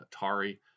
Atari